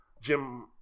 Jim